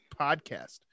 podcast